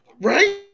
Right